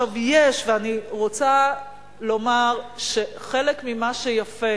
אני רוצה לומר שחלק ממה שיפה